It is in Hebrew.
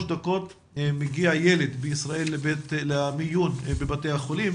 דקות מגיע ילד בישראל למיון בבתי החולים